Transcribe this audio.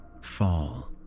fall